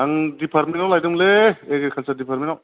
आं डिपार्टमेन्टाव लायदोंमोनलै एग्रिकालसार डिपार्टमेन्टाव